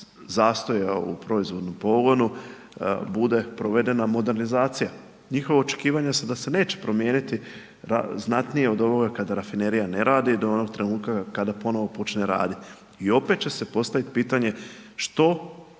zastoja u proizvodnom pogonu bude provedena modernizacija. Njihova očekivanja su da se neće promijeniti znatnije od ovoga kada rafinerija ne radi do onog trenutka kada ponovno počne raditi. I opet će se postavit pitanje što